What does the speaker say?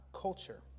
culture